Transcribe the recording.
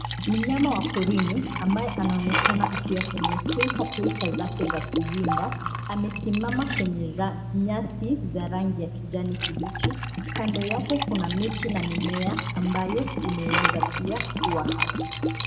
Mnyama wa porini ambaye anaonekana akiwa kwenye pilkapilka zake za kuwinda amesimama kwenye nyasi za rangi ya kijani kibichi. Kando yake kuna miti na mimea ambayo imeweza pia kuwa hapo.